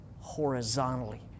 horizontally